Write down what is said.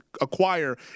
acquire